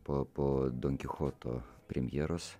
po po donkichoto premjeros